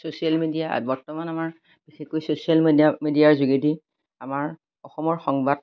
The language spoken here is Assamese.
ছ'চিয়েল মিডিয়া বৰ্তমান আমাৰ বিশেষকৈ ছ'চিয়েল মেডিয়া মিডিয়াৰ যোগেদি আমাৰ অসমৰ সংবাদ